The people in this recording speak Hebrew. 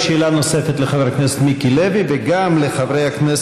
החלק הישראלי מוכר מאז 1982 כמועצה